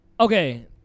Okay